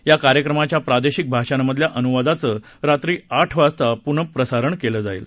या कार्यक्रमाच्या प्रादेशिक भाषांमधल्या अनुवादाचं रात्री आठ वाजता पुनःप्रसारण केलं जाईल